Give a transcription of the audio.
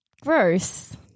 Gross